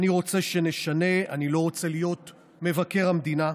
אני רוצה שנשנה, אני לא רוצה להיות מבקר המדינה".